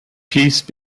peace